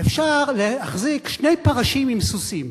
אפשר להחזיק שני פרשים עם סוסים,